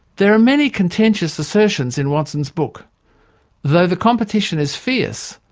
there are many contentious assertions in watson's book. though the competition is fierce,